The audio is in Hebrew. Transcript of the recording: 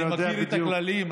אני מכיר את הכללים,